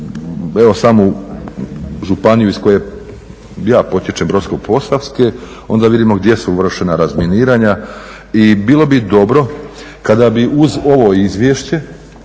samu županiju iz koje ja potječem, Brodsko-posavske, onda vidimo gdje su vršena razminiranja i bilo bi dobro kada bi uz ovo izvješće